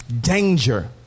danger